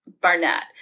barnett